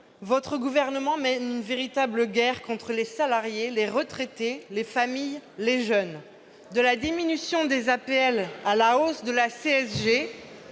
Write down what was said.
vous appartenez mène une véritable guerre contre les salariés, les retraités, les familles, les jeunes. De la diminution des APL à la hausse de la CSG,